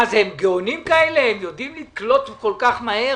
מה זה, הם גאונים כאלה, הם יודעים לקלוט כל כך מהר